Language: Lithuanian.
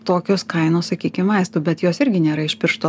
tokios kainos sakykim vaistų bet jos irgi nėra iš piršto